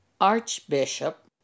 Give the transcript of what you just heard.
Archbishop